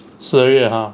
十二月啊